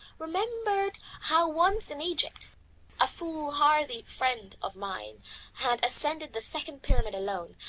remembered how once in egypt a foolhardy friend of mine had ascended the second pyramid alone,